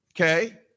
Okay